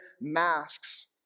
masks